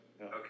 Okay